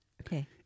Okay